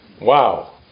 Wow